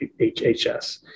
HHS